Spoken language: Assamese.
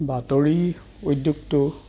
বাতৰি উদ্যোগটো